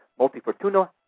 multifortuna